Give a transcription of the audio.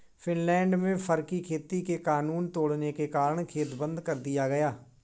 Finland में fur की खेती के कानून तोड़ने के कारण खेत बंद कर दिया गया